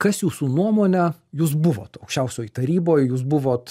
kas jūsų nuomone jūs buvot aukščiausioj taryboj jūs buvot